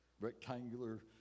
rectangular